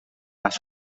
las